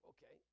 Okay